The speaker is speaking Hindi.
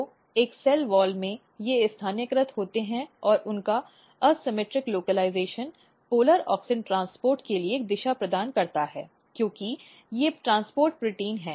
तो एक सेल वॉल में वे स्थानीयकृत होते हैं और उनका असममित स्थानीयकरणपोलर ऑक्सिन ट्रांसपोर्ट के लिए एक दिशा प्रदान करता है क्योंकि वे ट्रांसपोर्ट प्रोटीन हैं